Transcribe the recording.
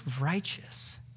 righteous